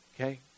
Okay